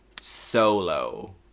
Solo